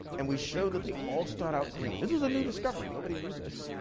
and we showed that they all start out green. this was a new discovery, nobody knew this.